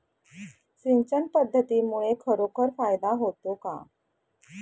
सिंचन पद्धतीमुळे खरोखर फायदा होतो का?